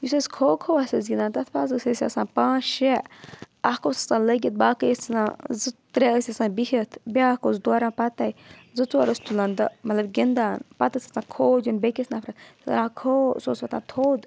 یُس أسۍ کھو کھوَس أسۍ گِنٛدان تَتھ منٛز ٲسۍ أسۍ آسان پانٛژھ شےٚ اَکھ اوس آسان لٔگِتھ باقٕے ٲسۍ آسان زٕ ترٛےٚ ٲسۍ آسان بِہِتھ بِیٛاکھ اوس دوران پَتَے زٕ ژور اوس تُلان تہٕ مطلب گِنٛدان پَتہٕ ٲسۍ آسان کھودِیُن بیٚکِس نفرَس کَران کھو سُہ اوس وۄتھَان تھوٚد